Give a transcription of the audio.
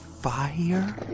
fire